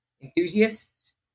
enthusiasts